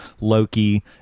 Loki